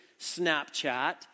Snapchat